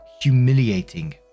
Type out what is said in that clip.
humiliating